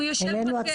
הוא יושב בכלא,